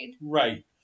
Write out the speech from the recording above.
Right